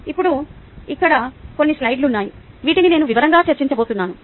ఇప్పుడు ఇక్కడ కొన్ని స్లైడ్లు ఉన్నాయి వీటిని నేను వివరంగా చర్చించబోతున్నాను